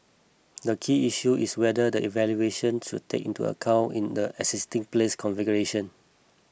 the key issue is whether the valuation should take into account in the existing place configuration